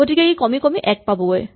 গতিকে ই কমি কমি ১ পাবগৈ